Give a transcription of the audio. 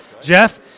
Jeff